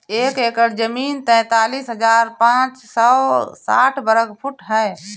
एक एकड़ जमीन तैंतालीस हजार पांच सौ साठ वर्ग फुट है